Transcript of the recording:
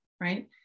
right